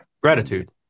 gratitude